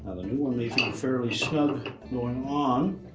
the new one may feel fairly snug going on,